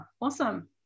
Awesome